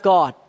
God